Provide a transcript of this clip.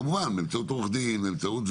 כמובן, באמצעות עורך דין וכולי.